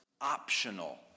optional